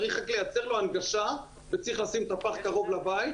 צריך רק לייצר לו הנגשה וצריך לשים את הפח קרוב לבית,